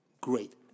Great